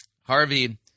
Harvey